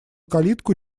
калитку